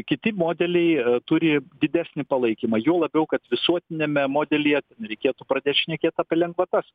kiti modeliai turi didesnį palaikymą juo labiau kad visuotiniame modelyje ten reikėtų pradėt šnekėt apie lengvatas